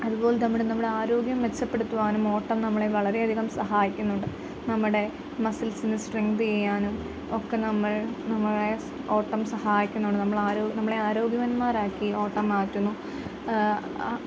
അതുപോലെ നമ്മുടെ നമ്മുടെ ആരോഗ്യം മെച്ചപ്പെടുത്തുവാനും ഓട്ടം നമ്മളെ വളരെയധികം സഹായിക്കുന്നുണ്ട് നമ്മുടെ മസിൽസിന് സ്ട്രെങ്ത് ചെയ്യാനും ഒക്കെ നമ്മൾ നമ്മളെ സ് ഓട്ടം സഹായിക്കുന്നുണ്ട് നമ്മളെ ആരോ നമ്മളെ ആരോഗ്യവാന്മാരാക്കി ഓട്ടം മാറ്റുന്നു ആ